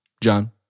John